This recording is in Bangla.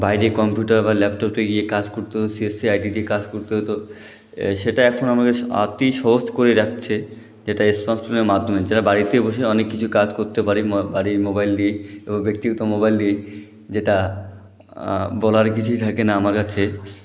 বাইরে কম্পিউটার বা ল্যাপটপে গিয়ে কাজ করতে হয়েছে সি আই টিতে কাজ করতে হতো সেটা এখন আমাদের অতি সহজ করে রাখছে যেটা এস স্মার্ট ফোনের মাধ্যমে যারা বাড়িতে বসে অনেক কিছু কাজ করতে পারে বাড়ির মোবাইল দিয়েই ব্যক্তিগত মোবাইল দিয়েই যেটা বলার কিছুই থাকে না আমার কাছে